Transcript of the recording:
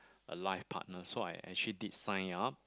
a life partner so I actually did sign up